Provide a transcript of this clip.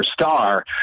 star